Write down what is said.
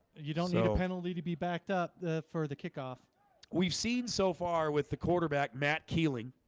you don't know penalty to be backed up for the kickoff we've seen so far with the quarterback, matt keeling